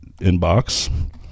inbox